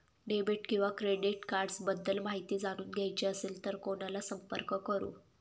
Debit किंवा credit cards बद्दल माहिती जाणून घ्यायची असेल तर कोणाला संपर्क करु?